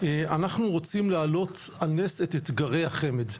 אנחנו רוצים להעלות על נס את אתגרי החמ"ד,